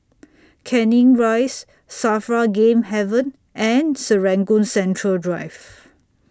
Canning Rise SAFRA Game Haven and Serangoon Central Drive